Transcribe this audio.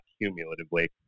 cumulatively